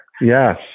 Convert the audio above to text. Yes